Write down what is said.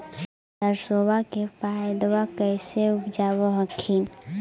सरसोबा के पायदबा कैसे उपजाब हखिन?